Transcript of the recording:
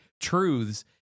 truths